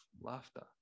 laughter